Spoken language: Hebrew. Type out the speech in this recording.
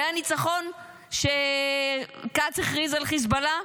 זה הניצחון שכץ הכריז על חיזבאללה?